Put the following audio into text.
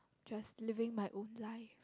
just living my own life